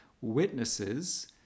witnesses